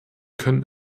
können